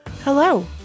Hello